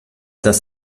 das